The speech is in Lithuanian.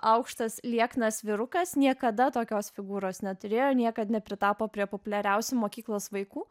aukštas lieknas vyrukas niekada tokios figūros neturėjo niekad nepritapo prie populiariausių mokyklos vaikų